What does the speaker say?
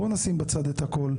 בואו נשים בצד את הכול,